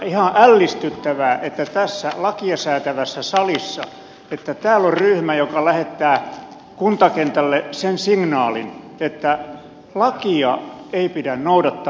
ihan ällistyttävää että tässä lakia säätävässä salissa on ryhmä joka lähettää kuntakentälle sen signaalin että lakia ei pidä noudattaa